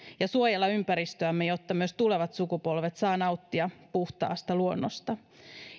ja suojella ympäristöämme jotta myös tulevat sukupolvet saavat nauttia puhtaasta luonnosta